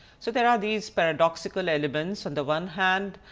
so there are these paradoxical elements. on the one hand,